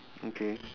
okay